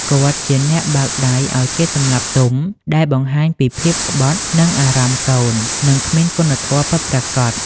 គាត់ជាអ្នកបើកដៃឲ្យគេសម្លាប់ទុំ ដែលបង្ហាញពីភាពក្បត់នឹងអារម្មណ៍កូន និងគ្មានគុណធម៌ពិតប្រាកដ។